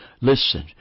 Listen